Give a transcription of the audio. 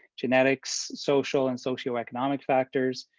genetics, social, and socioeconomic factors,